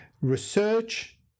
Research